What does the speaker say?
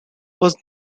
was